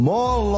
More